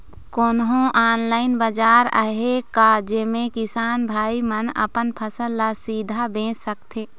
कोन्हो ऑनलाइन बाजार आहे का जेमे किसान भाई मन अपन फसल ला सीधा बेच सकथें?